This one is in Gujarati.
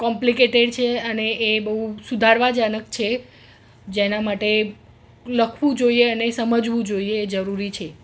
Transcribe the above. કોમ્પ્લીકેટેડ છે અને એ બહુ સુધારવા જનક છે જેના માટે લખવું જોઈએ અને સમજવું જોઈએ એ જરૂરી છે